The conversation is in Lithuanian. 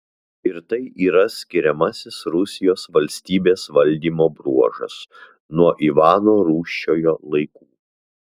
ir tai yra skiriamasis rusijos valstybės valdymo bruožas nuo ivano rūsčiojo laikų